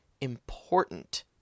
important